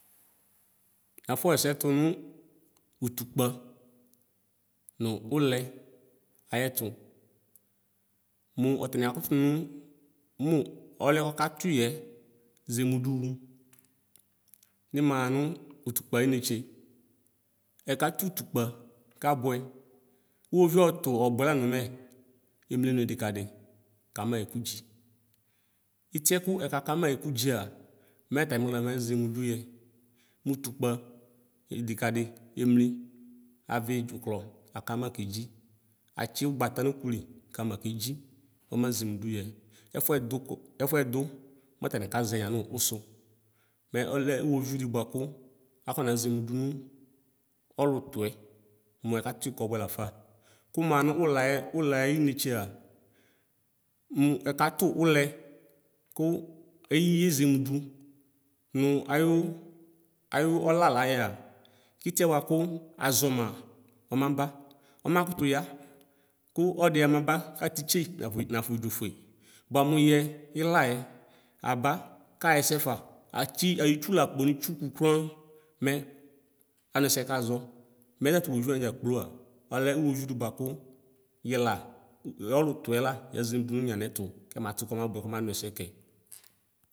Nafɔ xɛsɛ tʋnʋ utukpa nu ɛlɛ ayɛtʋ mʋ atani akʋ tʋ nʋ ɔlʋɛ kɔkatʋ yiɛ zemʋdʋ nimaxa nʋ utukpa ayi netse ɛkatu utukpa kabʋɛ ʋwoviʋ ɔtʋɛ lanyi mɛ emli nidikadi kama ɛkʋdzi itiɛkʋ ɛkaka ma ɛkʋdzia mɛ atami xla mazemʋ dʋyɛ mʋ utukpa idikadi emli avli dzuklɔ akama kedzi atsi ʋgbata nɔkoli kanaa kedzi ama zenu duyɛ ɛfʋɛ dʋ ɛfʋɛdu mʋ atani kazɛ yemʋ usʋ mɛ ɔlɛ uwoviu di bʋakʋ afɔna zemʋ dʋnʋ ɔlʋ tʋɛ mʋ ɛkatui kɔbʋɛ lafa kumaxa no ʋlɛ ayi netsea mʋ ɛkatu ʋlɛ kʋ eyie zemʋ dʋ nʋ ayʋ ayʋ ɔla layɛa kitiɛ bʋakʋ azɔma ɔmaba ɔmakʋtʋ ya kʋ ɔdiamaba kafitse nafɔ dzofʋe bʋamʋ yɛ ilaɛ aba kaxɛsɛ fa atsi aya itsu ta kpɔnʋ itsuku kran mɛ anʋ ɛsɛ kazɔ mɛ tatu iwʋvlʋ wa dzakploa ɔlɛ iwoviʋ di bʋakʋ yɛla yɛ ɔlʋtʋɛ la yazemu dunu yanɛtu kamatu kɔmasʋɛ kɔ ma nʋ ɛsɛ kɛ.